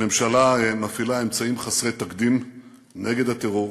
הממשלה מפעילה אמצעים חסרי תקדים נגד הטרור,